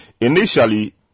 Initially